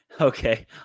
okay